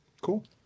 Cool